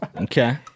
Okay